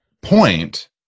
point